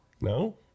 No